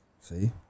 See